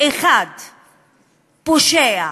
פושע